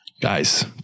guys